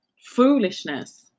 foolishness